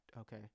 okay